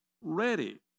ready